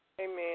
Amen